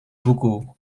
buku